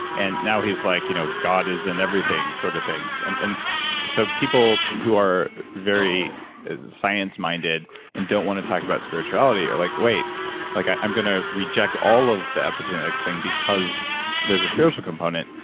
and now he's like you know god is in everything sort of things. and and so people who are very science minded and don't want to talk about spirituality are like, wait like i'm going to reject all of the epigenetics' thing, because there's a spiritual component,